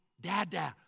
Dada